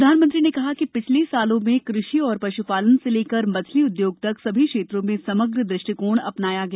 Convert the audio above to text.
प्रधानमंत्री ने कहा कि पिछले वर्षो में कृषि और पश्पालन से लेकर मछली उद्योग तक सभी क्षेत्रों में समग्र दृष्टिकोण अपनाया गया